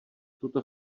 tuto